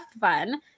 fun